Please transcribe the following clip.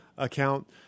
account